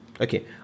Okay